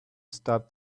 stop